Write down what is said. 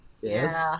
Yes